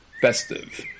festive